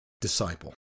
disciple